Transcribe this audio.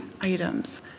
items